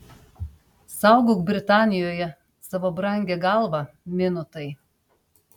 saugok britanijoje savo brangią galvą minutai